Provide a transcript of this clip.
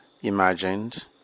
imagined